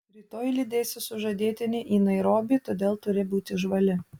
rytoj lydėsi sužadėtinį į nairobį todėl turi būti žvali